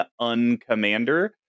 uncommander